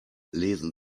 lesen